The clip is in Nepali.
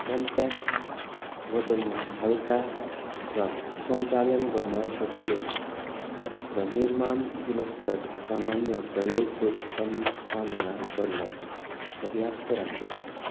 कम्प्याक्ट वजनमा हलका र सञ्चालन गर्न सजिलो छ र निर्माण गुणस्तर सामान्य प्रयोगको सम सामना गर्न पर्याप्त राम्रो छ